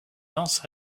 lance